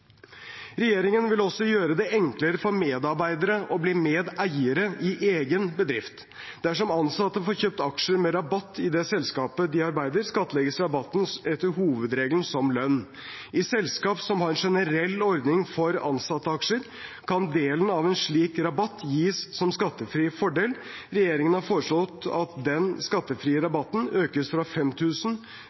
Regjeringen vil også gjøre det enklere for medarbeidere å bli medeiere i egen bedrift. Dersom ansatte får kjøpt aksjer med rabatt i det selskapet de arbeider, skattlegges rabatten etter hovedregelen som lønn. I selskap som har en generell ordning for ansatteaksjer, kan deler av en slik rabatt gis som skattefri fordel. Regjeringen har foreslått at den skattefrie rabatten økes